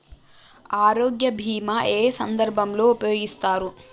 ఆరోగ్య బీమా ఏ ఏ సందర్భంలో ఉపయోగిస్తారు?